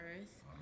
earth